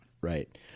Right